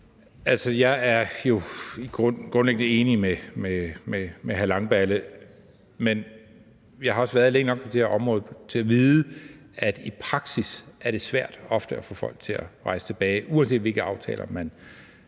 Jeg er jo grundlæggende enig med hr. Christian Langballe, men jeg har også været længe nok på det her område til at vide, at i praksis er det ofte svært at få folk til at rejse tilbage. Uanset hvilke aftaler man